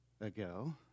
ago